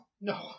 No